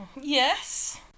Yes